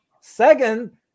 Second